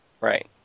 Right